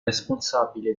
responsabile